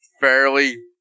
fairly